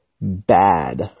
bad